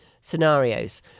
scenarios